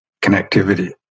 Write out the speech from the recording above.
connectivity